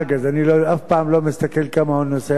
אז אני אף פעם לא מסתכל כמה הוא נוסע.